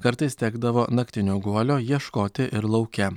kartais tekdavo naktinio guolio ieškoti ir lauke